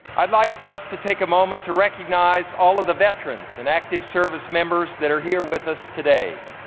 i'd like for us to take a moment to recognize all of the veterans and active service members that are here with us today.